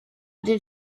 did